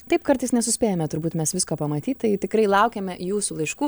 taip kartais nesuspėjame turbūt mes visko pamatyt tai tikrai laukiame jūsų laiškų